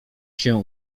się